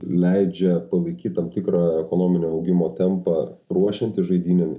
leidžia palaikyt tam tikrą ekonominio augimo tempą ruošiantis žaidynėm